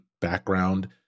background